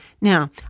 Now